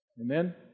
Amen